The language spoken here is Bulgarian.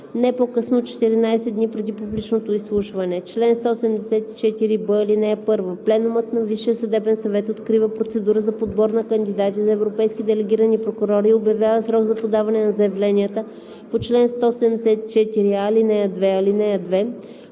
не по-късно от 14 дни преди публичното изслушване. Чл. 174б. (1) Пленумът на Висшия съдебен съвет открива процедура за подбор на кандидати за европейски делегирани прокурори и обявява срок за подаване на заявления по 174а, ал. 2.